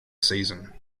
season